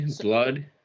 Blood